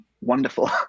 wonderful